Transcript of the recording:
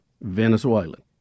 Venezuelan